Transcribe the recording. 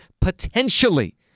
Potentially